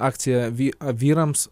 akcija vy a vyrams